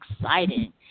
exciting